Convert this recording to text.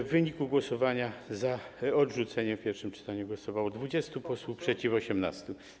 W wyniku głosowania za odrzuceniem w pierwszym czytaniu głosowało 20 posłów, przeciw - 18.